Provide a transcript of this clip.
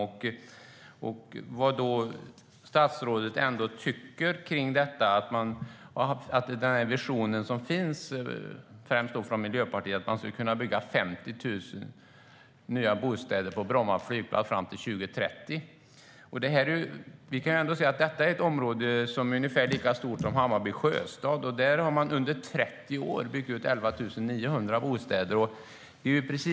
Jag undrar då vad statsrådet tycker om den vision som finns, främst hos Miljöpartiet, om att man ska kunna bygga 50 000 nya bostäder på Bromma flygplats fram till 2030. Området är ungefär lika stort som Hammarby sjöstad. Där har man under 30 år byggt ut 11 900 bostäder.